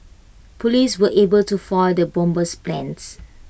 Police were able to foil the bomber's plans